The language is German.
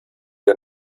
der